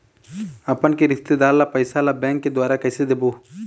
अपन के रिश्तेदार ला पैसा ला बैंक के द्वारा कैसे देबो?